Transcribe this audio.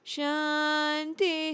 Shanti